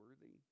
worthy